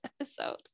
episode